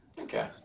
Okay